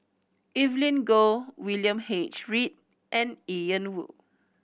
Evelyn Goh William H Read and Ian Woo